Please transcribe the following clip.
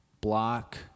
block